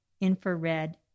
infrared